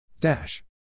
Dash